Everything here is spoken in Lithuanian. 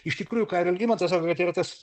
iš tikrųjų ką ir algimantas sako kad yra tas